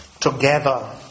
together